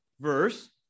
verse